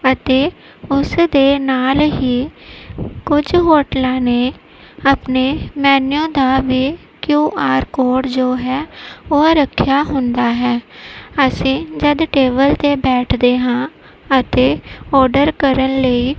ਅਤੇ ਉਸ ਦੇ ਨਾਲ ਹੀ ਕੁਝ ਹੋਟਲਾਂ ਨੇ ਆਪਣੇ ਮੈਨੀਊ ਦਾ ਵੀ ਕਿਯੂ ਆਰ ਕੋਡ ਜੋ ਹੈ ਉਹ ਰੱਖਿਆ ਹੁੰਦਾ ਹੈ ਅਸੀਂ ਜਦੋਂ ਟੇਬਲ 'ਤੇ ਬੈਠਦੇ ਹਾਂ ਅਤੇ ਔਡਰ ਕਰਨ ਲਈ